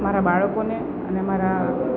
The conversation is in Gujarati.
મારા બાળકોને અને મારા